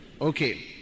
Okay